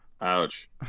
ouch